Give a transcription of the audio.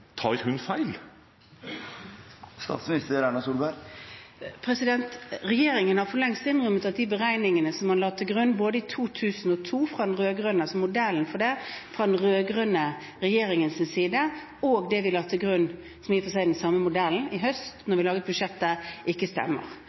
Regjeringen har for lengst innrømmet at de beregningene man la til grunn i 2002, altså modellen fra den rød-grønne regjeringens side, og det vi la til grunn i høst da vi laget budsjettet – som i og for seg er den samme modellen – ikke stemmer. I 2012 gikk det i pluss for kommunesektoren, i år gikk det